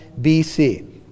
BC